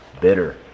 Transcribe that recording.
bitter